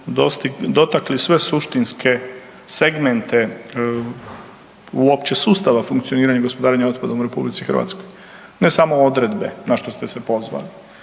dotakli sve suštinske segmente uopće sustava funkcioniranja gospodarenja otpadom u RH, ne samo odredbe na što ste se pozvali.